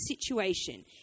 situation